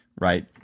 Right